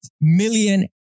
million